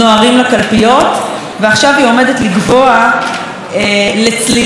ועכשיו היא עומדת לגווע לצלילי חבר כנסת מהקואליציה